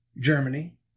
Germany